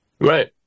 Right